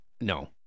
No